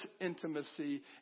intimacy